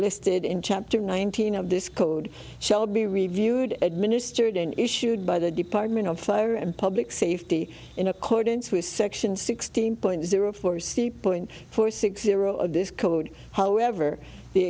listed in chapter nineteen of this code shall be reviewed administered and issued by the department of fire and public safety in accordance with section sixteen point zero four c point four six zero of this code however the